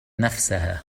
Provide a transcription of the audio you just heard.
نفسها